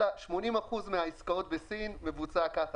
80% מהעסקאות בסין מבוצעות ככה.